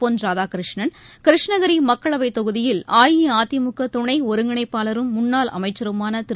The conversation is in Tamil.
பொன் ராதாகிருஷ்ணன் கிருஷ்ணகிரிமக்களவைத் தொகுதியில் அஇஅதிமுகதுணைஒருங்கிணைப்பாளரும் முன்னாள் அமைச்சருமானதிரு